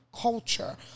culture